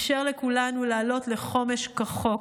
אפשר לכולנו לעלות לחומש כחוק.